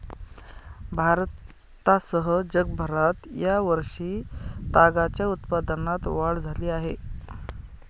भारतासह जगभरात या वर्षी तागाच्या उत्पादनात वाढ झाली आहे